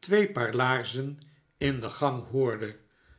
twee paar laarzen in de gang hoorde